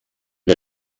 der